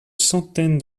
centaine